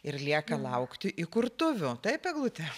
ir lieka laukti įkurtuvių taip eglute